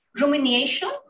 rumination